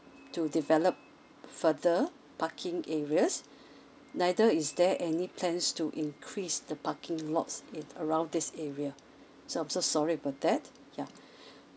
to develop further parking areas neither is there any plans to increase the parking lots at around this area so I'm so sorry for that ya